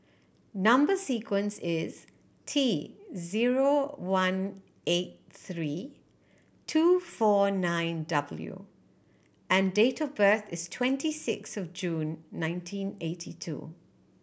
number sequence is T zero one eight three two four nine W and date of birth is twenty six of June nineteen eighty two